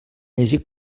llegir